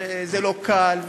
וזה לא קל,